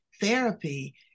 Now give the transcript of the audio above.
therapy